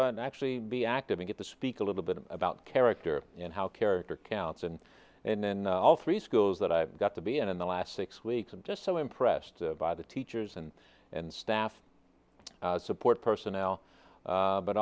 to actually be active and get to speak a little bit about character and how character counts and and then all three schools that i got to be in in the last six weeks i'm just so impressed by the teachers and and staff support personnel